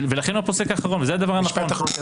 ולכן הוא הפוסק האחרון וזה הדבר הנכון.